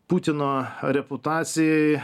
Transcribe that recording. putino reputacijai